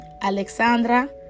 Alexandra